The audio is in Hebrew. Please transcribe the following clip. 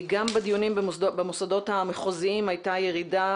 גם בדיונים במוסדות המחוזיים הייתה ירידה,